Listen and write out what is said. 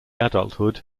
adulthood